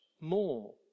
more